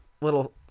little